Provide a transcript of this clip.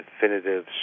definitive